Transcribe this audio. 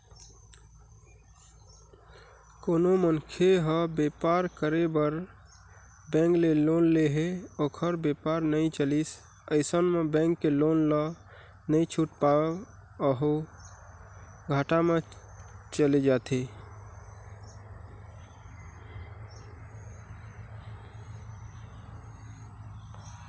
कोनो मनखे ह बेपार करे बर बेंक ले लोन ले हे ओखर बेपार नइ चलिस अइसन म बेंक के लोन ल नइ छूट पावय ओहा घाटा म चले जाथे